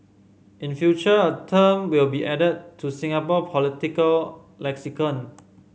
in future a term will be added to Singapore political lexicon